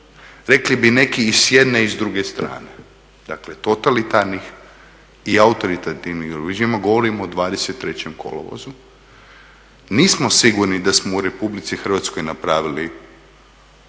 Rekli bi neki i s jedne i s druge strane, dakle totalitarnih i autoritativnih, … govorimo o 23.kolovozu. Nismo sigurni da smo u RH napravili